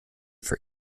for